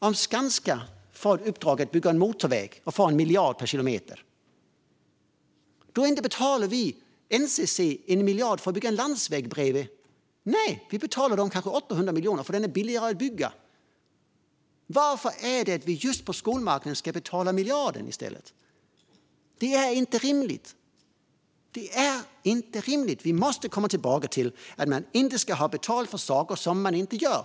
Om Skanska får i uppdrag att bygga en motorväg och får 1 miljard per kilometer betalar vi väl inte NCC 1 miljard för att bygga en landsväg bredvid? Nej, vi betalar dem kanske 800 miljoner, för den är billigare att bygga. Varför ska vi just på skolmarknaden betala den där miljarden i stället? Det är inte rimligt! Vi måste komma tillbaka till att man inte ska ha betalt för saker som man inte gör.